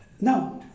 no